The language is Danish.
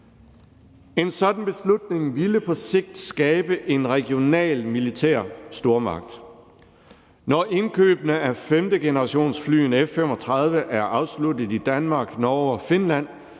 Et sådan beslutning ville på sigt skabe en regional militær stormagt. Når indkøbene af femtegenerationsflyene F-35 er afsluttet i Danmark, Norge og Finland,